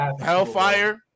Hellfire